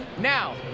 Now